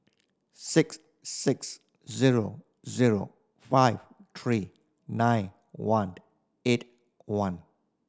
six six zero zero five three nine one eight one